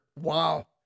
Wow